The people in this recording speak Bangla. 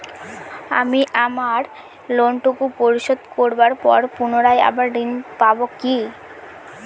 আমি আমার লোন টুকু পরিশোধ করবার পর পুনরায় আবার ঋণ পাবো কি?